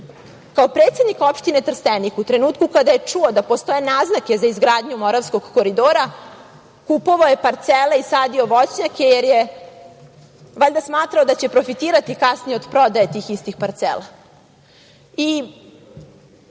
predsednik opštine Trstenik, u trenutku kada je čuo da postoje naznake za izgradnju Moravskog koridora, kupovao je parcele i sadio voćnjake. Valjda smatrao da će profitirati kasnije od prodaje tih istih parcela.